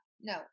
no